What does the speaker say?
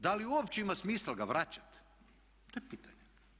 Da li uopće ima smisla ga vraćati to je pitanje?